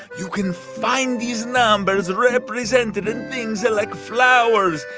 you can find these numbers represented in things ah like flowers,